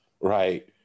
right